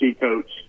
coach